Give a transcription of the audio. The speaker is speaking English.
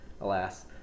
alas